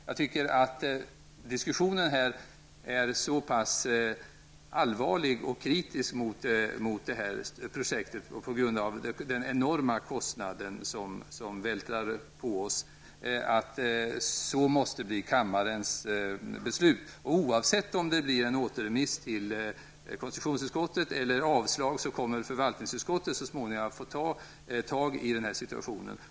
Jag tycker att diskussionen här är så pass allvarlig och kritisk mot detta projekt på grund av den enorma kostnad som vältras över oss att det måste bli kammarens beslut. Oavsett om det blir en återremiss till konstitutionsutskottet eller avslag kommer förvaltningsutskottet så småningom få ta tag i detta.